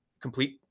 complete